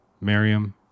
Miriam